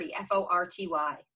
F-O-R-T-Y